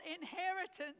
inheritance